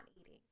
eating